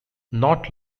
not